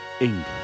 England